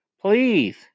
Please